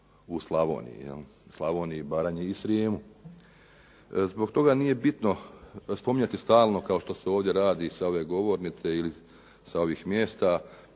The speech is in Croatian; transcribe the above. Slavoniji i Baranji i Srijemu. Zbog toga nije bitno spominjati stalno kao što se ovdje radi sa ove govornice ili sa ovih mjesta